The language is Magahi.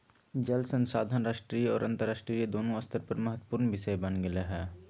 जल संसाधन राष्ट्रीय और अन्तरराष्ट्रीय दोनों स्तर पर महत्वपूर्ण विषय बन गेले हइ